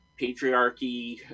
patriarchy